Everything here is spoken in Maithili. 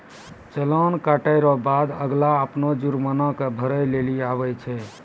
चालान कटे रो बाद अगला अपनो जुर्माना के भरै लेली आवै छै